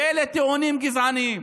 ואלה טיעונים גזעניים.